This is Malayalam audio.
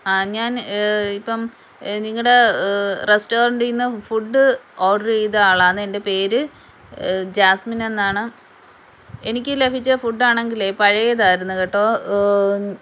ആ ഞാൻ ഇപ്പം നിങ്ങളുടെ റെസ്റ്റോറൻ്റിൽ നിന്ന് ഫുഡ് ഓഡർ ചെയ്ത ആളാണ് എൻ്റെ പേര് ജാസ്മിൻ എന്നാണ് എനിക്ക് ലഭിച്ച ഫുഡ് ആണെങ്കിൽ പഴയതായിരുന്നു കേട്ടോ